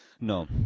no